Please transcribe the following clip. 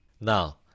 Now